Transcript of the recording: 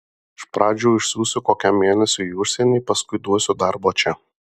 iš pradžių išsiųsiu kokiam mėnesiui į užsienį paskui duosiu darbo čia